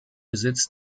besitz